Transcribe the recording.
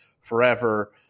forever